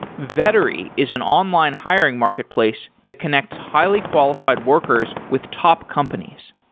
vettery is an online hiring marketplace to connect highly qualified workers with top companies.